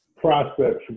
prospects